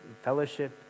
fellowship